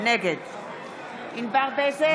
נגד ענבר בזק,